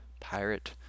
pirate